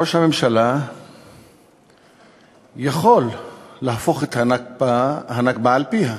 ראש הממשלה יכול להפוך את הנכבה על פיה,